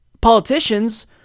politicians